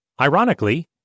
ironically